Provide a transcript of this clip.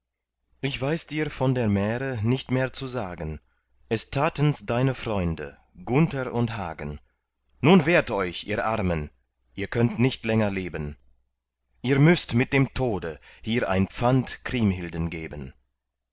ich weiß dir von der märe nicht mehr zu sagen es tatens deine freunde gunther und hagen nun wehrt euch ihr armen ihr könnt nicht länger leben ihr müßt mit dem tode hier ein pfand kriemhilden geben